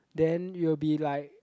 then it will be like